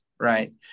Right